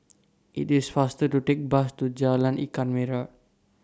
IT IS faster to Take Bus to Jalan Ikan Merah